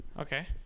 Okay